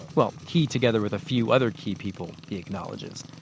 well, he together with a few other key people, he acknowledges.